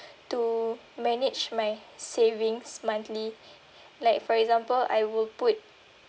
to manage my savings monthly like for example I will put